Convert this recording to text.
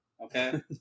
Okay